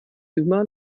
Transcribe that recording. immer